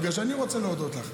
בגלל שאני רוצה להודות לך.